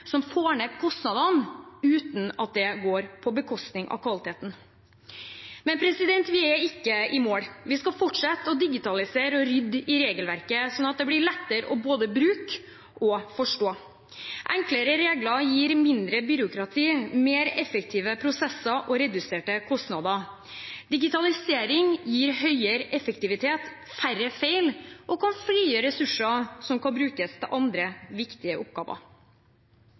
som får ned kostnadene uten at det går på bekostning av kvaliteten. Men vi er ikke i mål. Vi skal fortsette å digitalisere og rydde i regelverket, slik at det blir lettere både å bruke og å forstå. Enklere regler gir mindre byråkrati, mer effektive prosesser og reduserte kostnader. Digitalisering gir høyere effektivitet, færre feil og kan frigi ressurser som kan brukes til andre viktige oppgaver.